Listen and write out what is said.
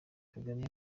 kagame